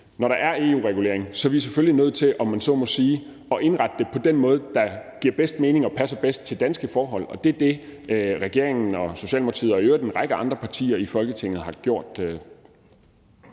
Når der er en EU-regulering, er vi selvfølgelig nødt til, om man så må sige, at indrette det på den måde, der giver bedst mening og passer bedst til danske forhold, og det er det, regeringen og Socialdemokratiet og i øvrigt en række andre partier i Folketinget har gjort.